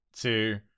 two